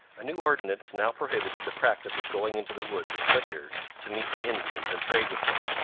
a new ordinance now prohibited the practice of going into the woods with liquor to meet the indians and trade with them.